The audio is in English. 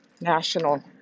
national